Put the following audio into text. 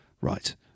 Right